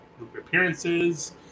appearances